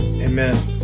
Amen